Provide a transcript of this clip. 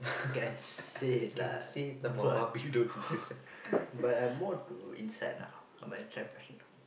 can say lah but but I more to inside lah I'm an inside person